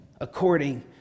according